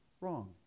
wrong